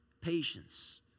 patience